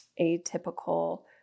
atypical